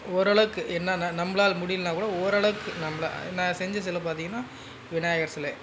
ஓரளவுக்கு என்னென்னா நம்மளால முடியன்னா கூட ஓரளவுக்கு நம்ம நான் செஞ்ச செலை பார்த்திங்கன்னா விநாயகர் சிலை